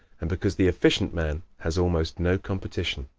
and because the efficient man has almost no competition.